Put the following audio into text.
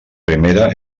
primera